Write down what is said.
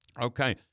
Okay